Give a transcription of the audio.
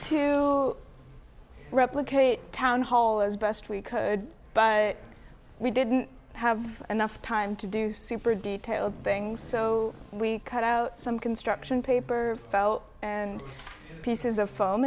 to replicate town hall as best we could but we didn't have enough time to do super detail of things so we cut out some construction paper and pieces of